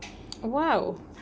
!wow!